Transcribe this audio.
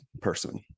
person